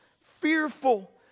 fearful